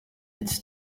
its